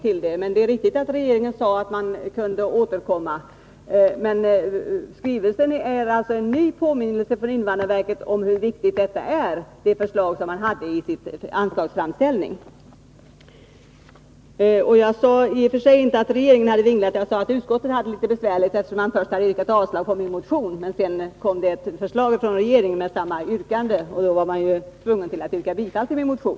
Däremot är det riktigt att regeringen sade att man kunde återkomma. Skrivelsen från invandrarverket är alltså en ny påminnelse om hur viktigt det förslag som man hade i sin anslagsframställning är. Jag sade i och för sig inte att regeringen hade vinglat, utan jag sade att utskottet hade det litet besvärligt när man först hade yrkat avslag på min motion. När sedan förslaget kom från regeringen med samma yrkande som i min motion, då var man tvungen att yrka bifall till min motion.